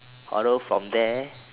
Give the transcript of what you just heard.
although from there